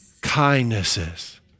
kindnesses